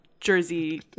Jersey